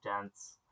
dense